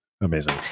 Amazing